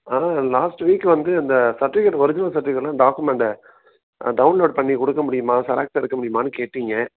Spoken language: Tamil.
ஆ லாஸ்ட்டு வீக் வந்து இந்த சர்ட்டிவிகேட் ஒரிஜினல் சர்ட்டிவிக்கேட்லாம் டாக்குமெண்டை டவுன்லோட் பண்ணி கொடுக்க முடியுமா செராக்ஸ் எடுக்க முடியுமானு கேட்டீங்க